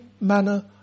manner